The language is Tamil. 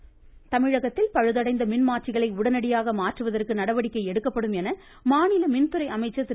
கேள்விநேரம் தமிழகத்தில் பழுதடைந்த மின்மாந்றிகளை உடனடியாக மாற்றுவதற்கு நடவடிக்கை எடுக்கப்படும் என்று மாநில மின்துறை அமைச்சர் திரு